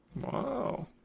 Wow